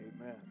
Amen